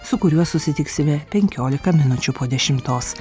su kuriuo susitiksime penkiolika minučių po dešimtos